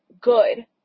good